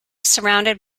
surrounded